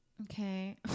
Okay